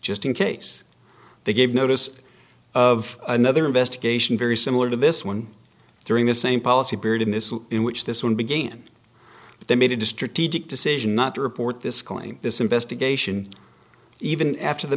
just in case they gave notice of another investigation very similar to this one thing the same policy period in this in which this one began they made a strategic decision not to report this claim this investigation even after the